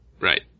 Right